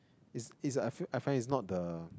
is is I feel I find is not the